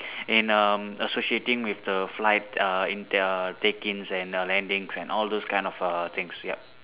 in um associating with the flight err in the take ins and err landings and all those kind of err things yup